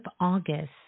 August